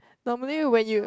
normally when you